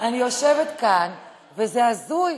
אני יושבת כאן, וזה הזוי.